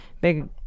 Big